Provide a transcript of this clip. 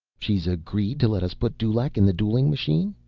she's agreed to let us put dulaq in the dueling machine?